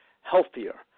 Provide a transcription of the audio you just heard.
healthier